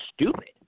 stupid